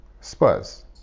Spurs